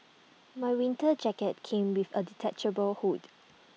my winter jacket came with A detachable hood